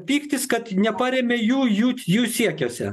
pyktis kad neparėmė jų jų jų siekiuose